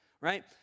right